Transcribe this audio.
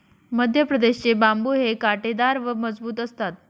मध्यप्रदेश चे बांबु हे काटेदार व मजबूत असतात